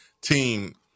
team